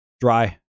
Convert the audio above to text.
Dry